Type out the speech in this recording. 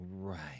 Right